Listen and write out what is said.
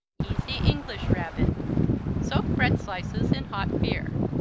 easy english rabbit soak bread slices in hot beer.